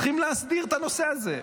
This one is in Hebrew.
צריכים להסדיר את הנושא הזה,